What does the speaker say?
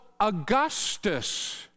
Augustus